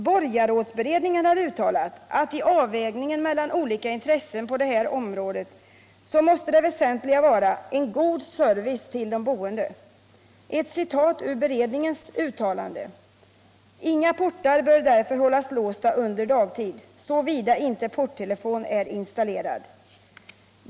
Borgarrådsberedningen har uttalat att vid avvägningen mellan olika intressen på detta område måste det väsentliga vara en god service till de boende. Ett citat ur beredningens uttalande: ”Inga portar bör därför hållas låsta under dagtid, såvida inte porttelefon är installerad.